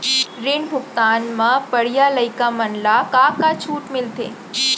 ऋण भुगतान म पढ़इया लइका मन ला का का छूट मिलथे?